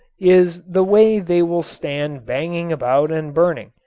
is the way they will stand banging about and burning,